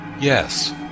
Yes